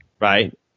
right